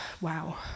Wow